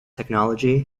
technology